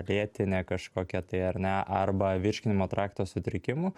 lėtinę kažkokią tai ar ne arba virškinimo trakto sutrikimų